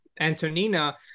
Antonina